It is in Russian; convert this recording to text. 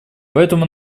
поэтому